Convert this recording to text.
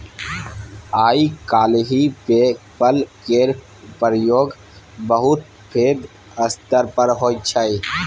आइ काल्हि PayPal केर प्रयोग बहुत पैघ स्तर पर होइ छै